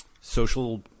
social